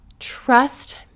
Trust